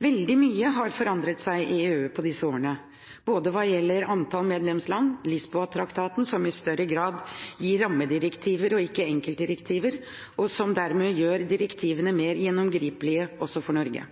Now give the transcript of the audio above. Veldig mye har forandret seg i EU på disse årene. Det gjelder antall medlemsland, og Lisboa-traktaten gir i større grad rammedirektiver og ikke enkeltdirektiver, som dermed gjør direktivene mer gjennomgripende også for Norge.